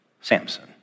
Samson